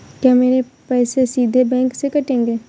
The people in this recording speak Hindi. क्या मेरे पैसे सीधे बैंक से कटेंगे?